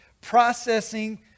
processing